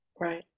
Right